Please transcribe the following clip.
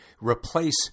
replace